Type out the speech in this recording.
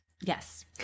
Yes